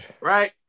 right